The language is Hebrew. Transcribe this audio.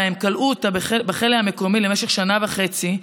הם כלאו אותה בכלא המקומי למשך שנה וחצי,